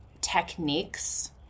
techniques